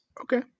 Okay